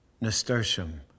nasturtium